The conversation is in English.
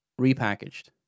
repackaged